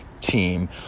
team